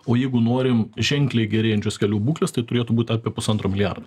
o jeigu norim ženkliai gerėjančios kelių būklės tai turėtų būt apie pusantro milijardo